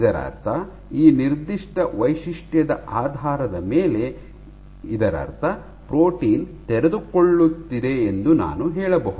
ಇದರರ್ಥ ಈ ನಿರ್ದಿಷ್ಟ ವೈಶಿಷ್ಟ್ಯದ ಆಧಾರದ ಮೇಲೆ ಇದರರ್ಥ ಪ್ರೋಟೀನ್ ತೆರೆದುಕೊಳ್ಳುತ್ತಿದೆ ಎಂದು ನಾನು ಹೇಳಬಹುದು